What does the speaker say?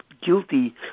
guilty